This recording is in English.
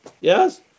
Yes